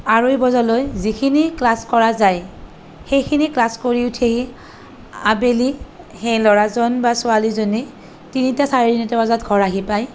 আঢ়ৈ বজালৈ যিখিনি ক্লাছ কৰা যায় সেইখিনি ক্লাছ কৰি উঠি আবেলি সেই ল'ৰাজন বা ছোৱালীজনী তিনিটা চাৰে তিনিটা বজাত ঘৰ আহি পায়